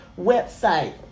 website